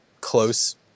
close